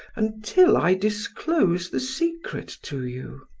until i disclose the secret to you.